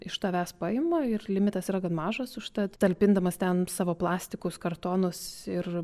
iš tavęs paima ir limitas yra gan mažas užtat talpindamas ten savo plastikus kartonus ir